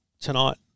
tonight